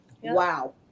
wow